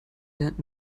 lernt